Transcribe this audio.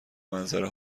منظره